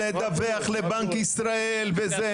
לדווח לבנק ישראל וזה.